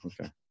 okay